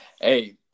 Hey